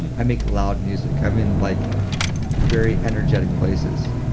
and i make loud music. i'm in like very energetic places.